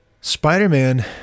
Spider-Man